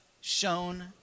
shown